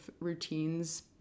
routines